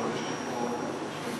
שלוש דקות.